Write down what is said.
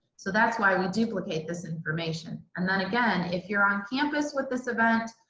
so that's why we duplicate this information. and then again, if you're on campus with this event,